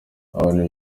abantu